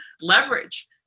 leverage